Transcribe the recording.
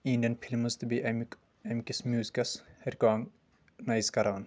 Indian films تہٕ بیٚیہِ امیِکۍ امۍ کِس میوٗزکس رکوگنایز کران